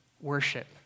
worship